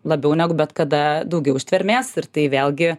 labiau negu bet kada daugiau ištvermės ir tai vėlgi